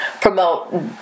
promote